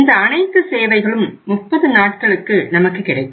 இந்த அனைத்து சேவைகளும் 30 நாட்களுக்கு நமக்கு கிடைக்கும்